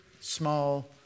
small